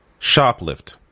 shoplift